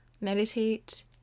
meditate